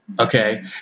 okay